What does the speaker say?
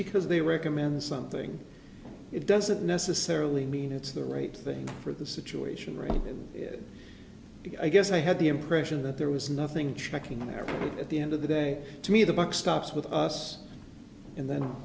because they recommend something it doesn't necessarily mean it's the right thing for the situation room and i guess i had the impression that there was nothing checking in there at the end of the day to me the buck stops with us and then